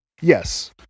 yes